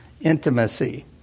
intimacy